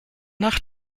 nach